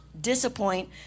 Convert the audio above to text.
disappoint